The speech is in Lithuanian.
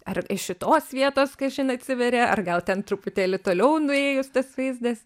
ar iš šitos vietos kažin atsiveria ar gal ten truputėlį toliau nuėjus tas vaizdas